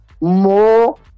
more